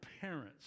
parents